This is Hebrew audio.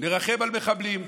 מרחם על מחבלים.